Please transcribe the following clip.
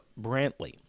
Brantley